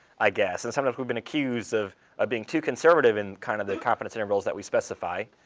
i guess. and sometimes we've been accused of being too conservative in kind of the confidence intervals that we specify.